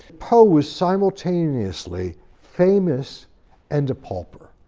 poe was simultaneously famous and a pauper.